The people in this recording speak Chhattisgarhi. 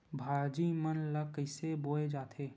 भाजी मन ला कइसे बोए जाथे?